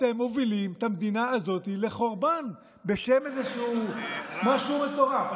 אתם מובילים את המדינה הזאת לחורבן בשם איזשהו משהו מטורף.